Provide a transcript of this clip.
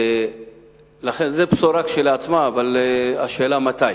זו בשורה כשלעצמה, אבל השאלה מתי.